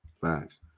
facts